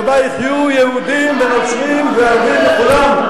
שבה יחיו יהודים ונוצרים וערבים וכולם,